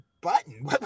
button